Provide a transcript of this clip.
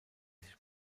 sich